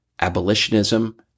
abolitionism